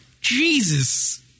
Jesus